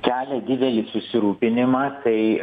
kelia didelį susirūpinimą tai